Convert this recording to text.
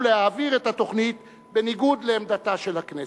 להעביר את התוכנית בניגוד לעמדתה של הכנסת.